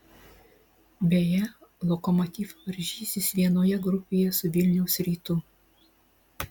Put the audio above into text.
beje lokomotiv varžysis vienoje grupėje su vilniaus rytu